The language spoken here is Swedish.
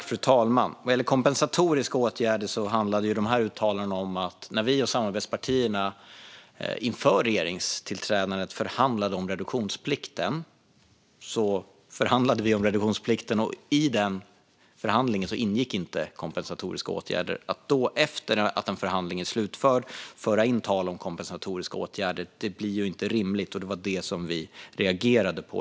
Fru talman! Vad gäller kompensatoriska åtgärder handlade de här uttalandena om att när vi och samarbetspartierna inför regeringstillträdet förhandlade om reduktionsplikten ingick inte kompensatoriska åtgärder. Att efter det att en förhandling är slutförd föra in tal om kompensatoriska åtgärder blir inte rimligt. Det var det vi reagerade på.